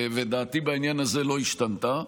ודעתי בעניין הזה לא השתנתה.